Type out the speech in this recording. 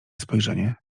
spojrzenie